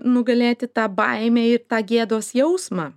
nugalėti tą baimę į tą gėdos jausmą